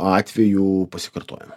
atvejų pasikartojimo